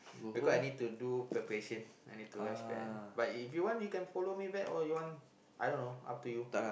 because I need to do preparation I need to rush back but if you want you can follow me back or you want I don't know up to you